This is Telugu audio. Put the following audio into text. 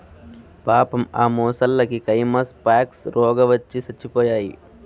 పాపం ఆ మొసల్లకి కైమస్ పాక్స్ రోగవచ్చి సచ్చిపోయాయి